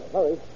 Hurry